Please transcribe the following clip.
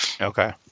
Okay